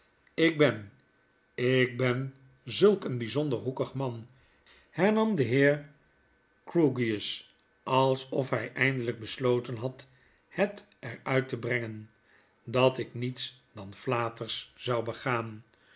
ik ben ik ben zulk een bijzonder hoekig man hernam de heer grewgious alsof hij eindelijk besloten had het er uit te brengen dat ik niets dan haters zou begaan